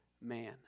man